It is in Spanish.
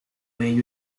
ello